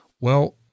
Well-